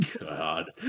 God